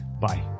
Bye